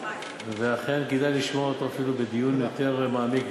ואכן כדאי לשמוע אותו אפילו בדיון יותר מעמיק,